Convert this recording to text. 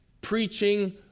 preaching